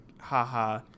haha